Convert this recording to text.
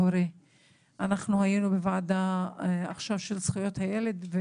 היינו עכשיו בוועדה של זכויות הילד,